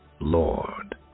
Lord